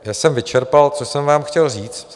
Tím jsem vyčerpal, co jsem vám chtěl říct.